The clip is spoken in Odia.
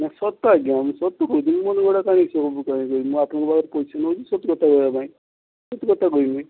ନା ସତ ଆଜ୍ଞା ମୁଁ ସତ କହୁଛି ମୁଁ ମନଗଢ଼ା କାହିଁକି ମିଛ ସବୁ କହିବି ମୁଁ ଆପଣଙ୍କ ପାଖରୁ ପଇସା ନେଉଛି ସତକଥା କହିବାପାଇଁ ସତକଥା କହିବି